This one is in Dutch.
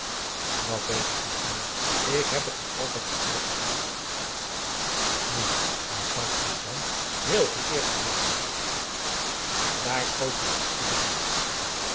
dat weet ik niet meer ik heb het me altijd zoo voorgesteld nu maar dat is dan heel verkeerd geweest hoor daar schoot hem iets te binnen